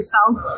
South